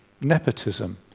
nepotism